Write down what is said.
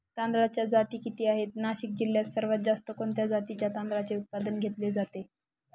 तांदळाच्या जाती किती आहेत, नाशिक जिल्ह्यात सर्वात जास्त कोणत्या जातीच्या तांदळाचे उत्पादन घेतले जाते?